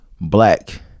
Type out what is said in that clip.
black